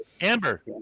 Amber